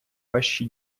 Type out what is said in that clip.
ваші